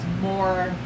more